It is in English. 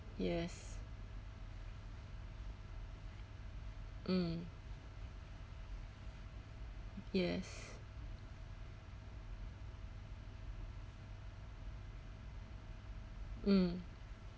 yes mm yes mm